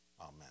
amen